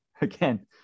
again